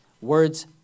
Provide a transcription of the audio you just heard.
words